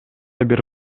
бир